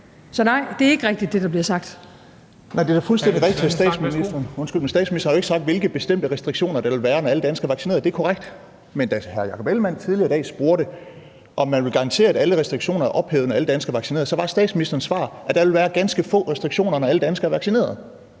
Alex Vanopslagh (LA): Det er da fuldstændig rigtigt, at statsministeren ikke har sagt, hvilke bestemte restriktioner der vil være, når alle danskere er vaccineret. Men da hr. Jakob Ellemann-Jensen tidligere i dag spurgte, om man vil garantere, at alle restriktioner er ophævet, når alle danskere er vaccineret, så var statsministerens svar, at der ville være ganske få restriktioner, når alle danskere er vaccineret.